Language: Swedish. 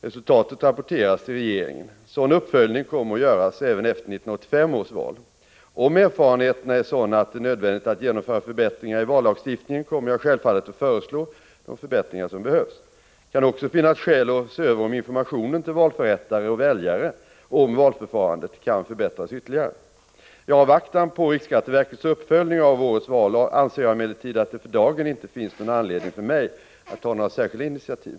Resultatet rapporteras till regeringen. En sådan uppföljning kommer att göras även efter 1985 års val. Om erfarenheterna är sådana att det är nödvändigt att genomföra förbättringar i vallagstiftningen, kommer jag självfallet att föreslå de förbättringar som behövs. Det kan också finnas skäl att se över om informationen till valförrättare och väljare om valförfarandet kan förbättras ytterligare. I avvaktan på riksskatteverkets uppföljning av årets val anser jag emellertid att det för dagen inte finns någon anledning för mig att ta några särskilda initiativ.